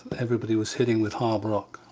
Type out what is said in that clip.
everybody was hitting with hard rock.